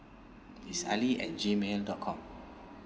it's ali at gmail dot com